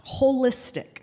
Holistic